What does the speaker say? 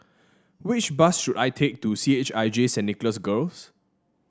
which bus should I take to C H I J Saint Nicholas Girls